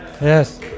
Yes